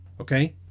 okay